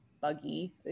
buggy